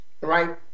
right